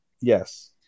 Yes